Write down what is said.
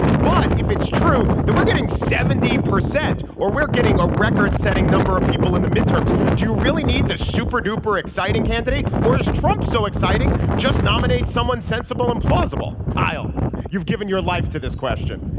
but if it's true that we're getting seventy percent or we're getting a record setting number of people in the midterms do you really need the super duper exciting candidate or is trump so exciting. just nominate someone sensible and plausible i'll you've given your life to this question